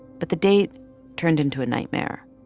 but the date turned into a nightmare.